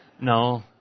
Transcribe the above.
no